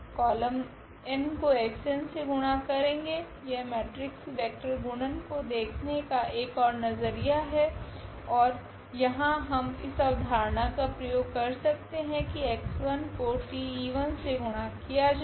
column n को xn से गुणा करेगे यह मेट्रिक्स वेक्टर गुणन को देखने का एक ओर नजरिया है ओर यहाँ हम इस अवधारणा का प्रयोग कर सकते है की x1 को T से गुणा किया जाए